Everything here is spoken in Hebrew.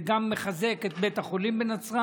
זה גם מחזק את בית החולים בנצרת.